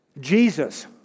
Jesus